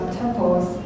temples